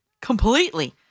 completely